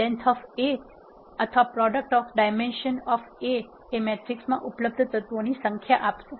length of a અથવા product of dimension of A એ મેટ્રિક્સમાં ઉપલબ્ધ તત્વો ની સંખ્યા આપશે